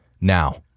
Now